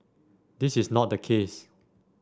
this is not the case